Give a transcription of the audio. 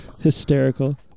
Hysterical